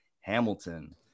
Hamilton